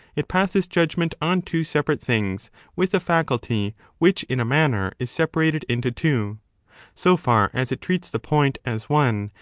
it passes judgment on two separate things with a faculty which in a manner is separated into two so far as it treats the point as one,